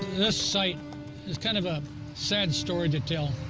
this site is kind of a sad story to tell.